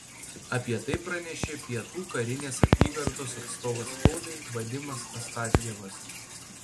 apie tai pranešė pietų karinės apygardos atstovas spaudai vadimas astafjevas